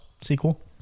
sequel